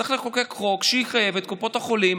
צריך לחוקק חוק שיחייב את קופות החולים